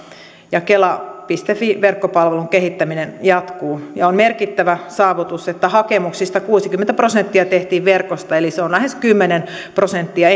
ja kela fi verkkopalvelun kehittäminen jatkuu on merkittävä saavutus että hakemuksista kuusikymmentä prosenttia tehtiin verkossa eli se on lähes kymmenen prosenttia